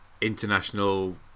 international